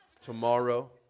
tomorrow